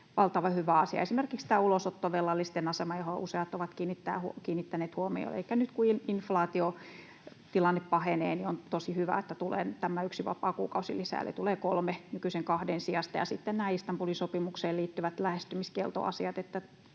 valtavan hyvä asia. Esimerkiksi tämä ulosottovelallisten asema, johon useat ovat kiinnittäneet huomiota: nyt kun inflaatiotilanne pahenee, on tosi hyvä, että tulee tämä yksi vapaakuukausi lisää, eli tulee kolme nykyisen kahden sijasta. Sitten nämä Istanbulin sopimukseen liittyvät lähestymiskieltoasiat: